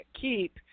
keep